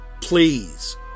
please